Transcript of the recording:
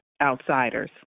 outsiders